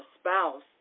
spouse